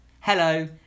Hello